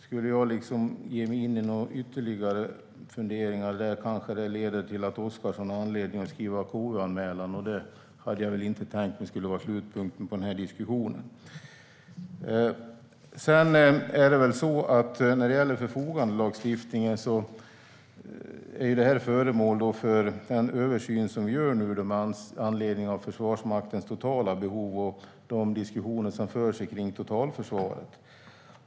Skulle jag ge mig in i ytterligare funderingar kan det leda till att Oscarsson får anledning att skriva en KU-anmälan, och det hade jag inte tänkt som slutpunkt på den här diskussionen. Förfogandelagstiftningen är föremål för den översyn som nu görs med anledning av Försvarsmaktens totala behov och de diskussioner som förs om totalförsvaret.